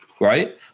right